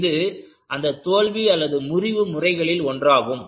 இது அந்த தோல்வி முறிவு முறைகளில் ஒன்றாகும்